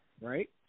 right